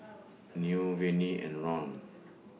Newt Vennie and Ron